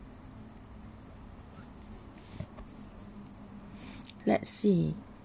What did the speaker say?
let's see